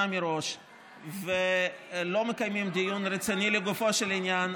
מראש ולא מקיימים דיון רציני לגופו של עניין,